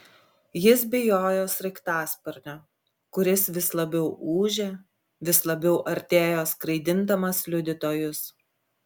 jis bijojo sraigtasparnio kuris vis labiau ūžė vis labiau artėjo skraidindamas liudytojus